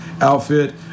outfit